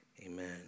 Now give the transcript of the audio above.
amen